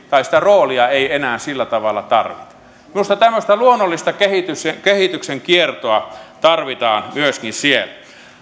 tai sitä roolia ei enää sillä tavalla tarvita minusta tämmöistä luonnollista kehityksen kehityksen kiertoa tarvitaan myöskin siellä